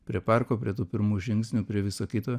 prie parko prie tų pirmų žingsnių prie viso kito